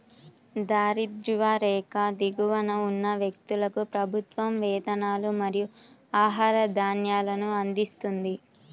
దారిద్య్ర రేఖకు దిగువన ఉన్న వ్యక్తులకు ప్రభుత్వం వేతనాలు మరియు ఆహార ధాన్యాలను అందిస్తుంది